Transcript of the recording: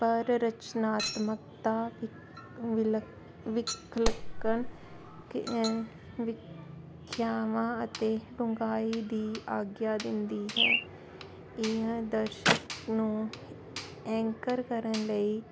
ਪਰ ਰਚਨਾਤਮਕਤਾ ਵਿਕ ਵਿਲੱਖ ਵਿਖਲੱਕਣ ਵਿਖਿਆਵਾਂ ਅਤੇ ਡੁੰਘਾਈ ਦੀ ਆਗਿਆ ਦਿੰਦੀ ਹੈ ਇਹ ਦਰਸ਼ਕ ਨੂੰ ਐਂਕਰ ਕਰਨ ਲਈ